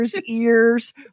ears